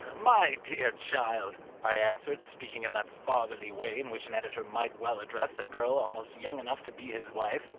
my dear child, i answered, speaking in that fatherly way in which an editor might well address a girl almost young enough to be his wife,